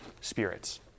spirits